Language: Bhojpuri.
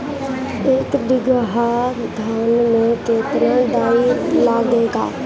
एक बीगहा धान में केतना डाई लागेला?